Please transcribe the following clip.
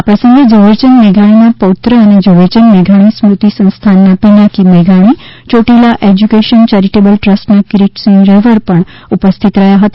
આ પ્રસંગે ઝવેરચંદ મેઘાણીના પૌત્ર અને ઝવેરચંદ મેઘાણી સ્મૃતિ સંસ્થાનના પિનાકી મેઘાણી ચોટીલા એશ્યુકેશન ચેરીટેબલ ટ્રસ્ટના કિરીટસિંહ રહેવર પણ ઉપસ્થિત રહ્યા હતા